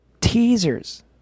teasers